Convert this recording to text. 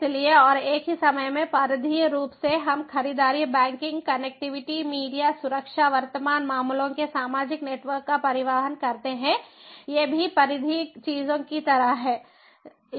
इसलिए और एक ही समय में परिधीय रूप से हम खरीदारी बैंकिंग कनेक्टिविटी मीडिया सुरक्षा वर्तमान मामलों के सामाजिक नेटवर्क का परिवहन करते हैं ये भी परिधीय चीजों की तरह हैं